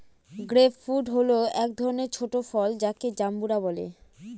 grape fruit হল এক ধরনের ছোট ফল যাকে জাম্বুরা বলে